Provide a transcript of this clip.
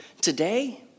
Today